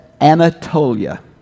Anatolia